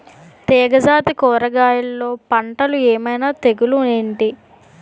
తీగ జాతి కూరగయల్లో పంటలు ఏమైన తెగులు ఏంటి?